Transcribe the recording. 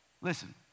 Listen